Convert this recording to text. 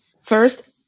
First